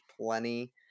plenty